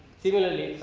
similarly,